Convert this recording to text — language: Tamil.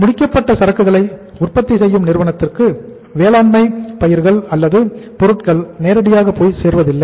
முடிக்கப்பட்ட சரக்குகளை உற்பத்தி செய்யும்நிறுவனத்திற்கு வேளாண்மை பயிர்கள் அல்லது பொருட்கள் நேரடியாக போய் சேர்வதில்லை